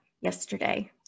yesterday